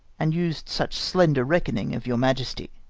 and us'd such slender reckoning of your majesty.